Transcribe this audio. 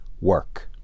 work